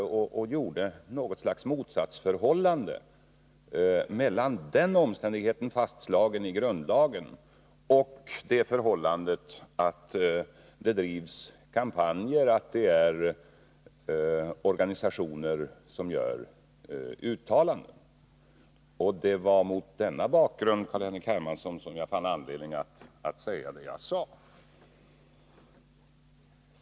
Han ville hävda att det är något slags motsatsförhållande mellan den omständigheten, fastslagen i grundlagen, och det förhållandet att det drivs kampanjer, att organisationer gör uttalanden. Och det var mot denna bakgrund, Carl-Henrik Hermansson, som jag fann anledning att säga det jag sade.